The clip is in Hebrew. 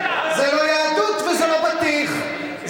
זה לא יהדות וזה לא בטיח.